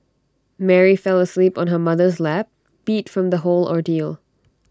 Mary fell asleep on her mother's lap beat from the whole ordeal